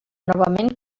novament